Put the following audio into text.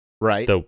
Right